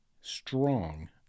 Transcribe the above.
strong